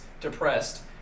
depressed